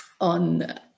on